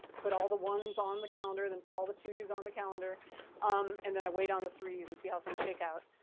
put all the ones on the calendar, then put all the twos on the calendar and then i wait on the threes and see how things shake out.